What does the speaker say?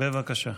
בבקשה,